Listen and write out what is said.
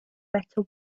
better